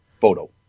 photo